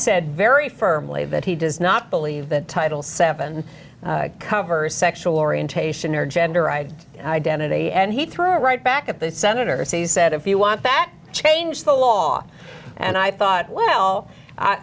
said very firmly that he does not believe that title seven covers sexual orientation or gender i'd identity and he threw it right back at the senator said if you want that change the law and i thought well